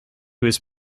was